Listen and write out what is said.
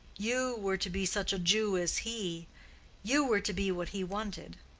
you were to be such a jew as he you were to be what he wanted.